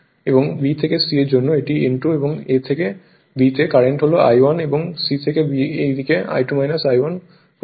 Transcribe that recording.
এবং B থেকে C এর জন্য এটি N2 এবং A থেকে Bতে কারেন্ট হল I1 এবং C থেকে B এই দিকে I2 I1 প্রবাহিত